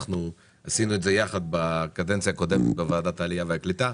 אנחנו עשינו את זה יחד בקדנציה הקודמת בוועדת העלייה והקליטה.